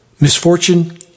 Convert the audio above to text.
Misfortune